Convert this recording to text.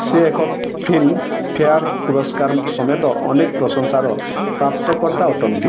ସେ ଏକ Filmfare ପୁରସ୍କାର ସମେତ ଅନେକ ପ୍ରଶଂସାର ପ୍ରାପ୍ତକର୍ତ୍ତା ଅଟନ୍ତି